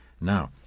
Now